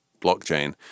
blockchain